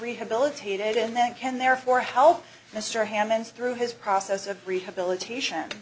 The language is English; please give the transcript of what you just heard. rehabilitated and then can therefore help mr hammond's through his process of rehabilitation